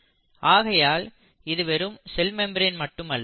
ஆகையால் இது வெறும் செல் மெம்பிரன் மட்டுமல்ல